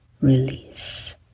release